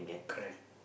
correct